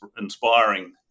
inspiring